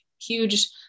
huge